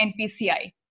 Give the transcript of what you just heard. NPCI